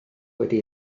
wedi